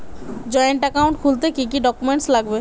Joint account খুলতে কি কি ডকুমেন্টস লাগবে?